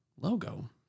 logo